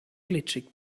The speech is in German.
glitschig